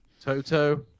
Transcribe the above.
Toto